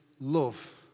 love